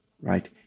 right